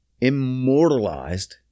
immortalized